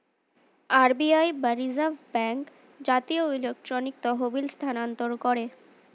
RBI বা reserve bank জাতীয় electronic তহবিল স্থানান্তর করে